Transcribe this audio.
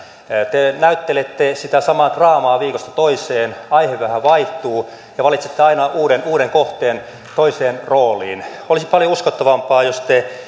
te näyttelette sitä samaa draamaa viikosta toiseen aihe vähän vaihtuu ja valitsette aina uuden uuden kohteen toiseen rooliin olisi paljon uskottavampaa jos te